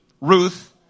Ruth